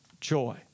joy